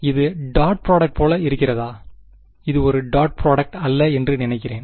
இது dot product போல இருக்கிறதா இது ஒருடாட் பிராடக்ட் அல்ல என்று நினைக்கிறேன்